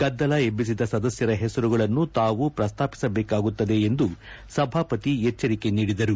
ಗದ್ದಲ ಎಬ್ಬಿಸಿದ ಸದಸ್ಥರ ಹೆಸರುಗಳನ್ನು ತಾವು ಪ್ರಸ್ತಾಪಿಸಬೇಕಾಗುತ್ತದೆ ಎಂದು ಸಭಾಪತಿ ಎಚ್ಚರಿಕೆ ನೀಡಿದರು